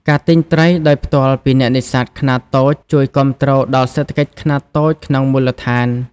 ការទិញត្រីដោយផ្ទាល់ពីអ្នកនេសាទខ្នាតតូចជួយ គាំទ្រ ដល់សេដ្ឋកិច្ចខ្នាតតូចក្នុងមូលដ្ឋាន។